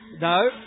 No